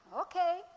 okay